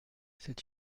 c’est